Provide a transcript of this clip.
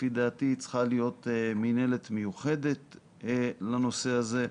לפי דעתי צריכה להיות מינהלת מיוחדת לנושא הזה.